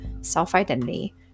self-identity